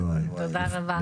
תודה רבה.